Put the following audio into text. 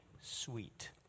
sweet